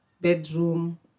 bedroom